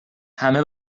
همه